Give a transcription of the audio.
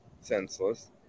senseless